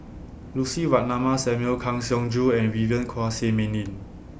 Lucy Ratnammah Samuel Kang Siong Joo and Vivien Quahe Seah Mei Lin